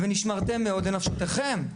"ונשמרתם מאוד לנפשותיכם".